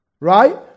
Right